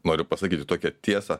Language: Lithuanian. noriu pasakyti tokią tiesą